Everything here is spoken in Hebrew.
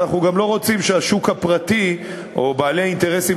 ואנחנו גם לא רוצים שהשוק הפרטי או בעלי אינטרסים